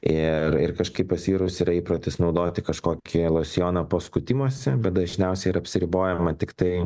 ir ir kažkaip pas vyrus yra įprotis naudoti kažkokį losjoną po skutimosi bet dažniausiai yra apsiribojama tiktai